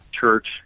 church